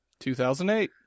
2008